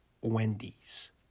Wendy's